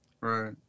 Right